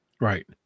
right